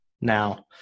Now